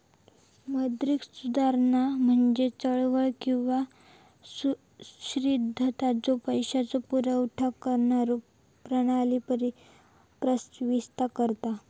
मौद्रिक सुधारणा म्हणजे चळवळ किंवा सिद्धांत ज्यो पैशाचो पुरवठा करणारो प्रणाली प्रस्तावित करता